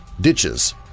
ditches